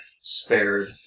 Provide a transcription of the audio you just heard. spared